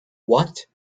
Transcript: what